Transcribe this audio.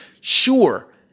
sure